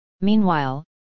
Meanwhile